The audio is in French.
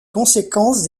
conséquences